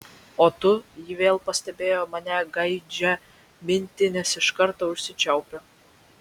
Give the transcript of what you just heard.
o tu ji vėl pastebėjo mano gaižią miną nes iš karto užsičiaupė